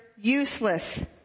useless